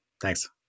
thanks